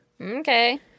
Okay